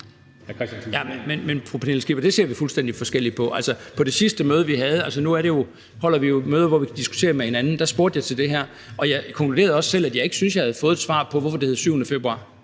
Jamen fru Pernille Skipper, det ser vi fuldstændig forskelligt på. Altså, på det sidste møde, vi havde, for nu holder vi jo møder, hvor vi diskuterer med hinanden, spurgte jeg til det her, og jeg konkluderede også selv, at jeg ikke syntes, jeg havde fået et svar på, hvorfor det hed 7. februar.